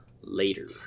later